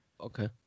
Okay